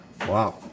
Wow